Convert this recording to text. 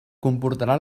comportarà